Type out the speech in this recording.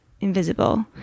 invisible